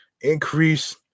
increase